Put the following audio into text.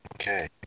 okay